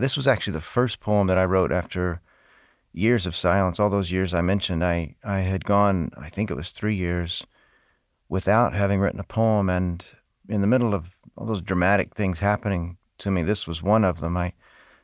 this was actually the first poem that i wrote after years of silence, all those years i mentioned. i i had gone i think it was three years without having written a poem. and in the middle of all those dramatic things happening to me, this was one of them. i